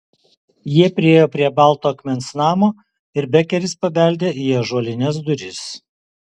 jie priėjo prie balto akmens namo ir bekeris pabeldė į ąžuolines duris